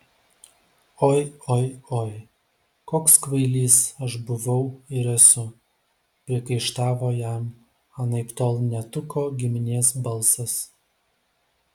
oi oi oi koks kvailys aš buvau ir esu priekaištavo jam anaiptol ne tuko giminės balsas